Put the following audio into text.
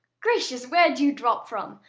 gracious where did you drop from?